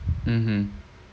mmhmm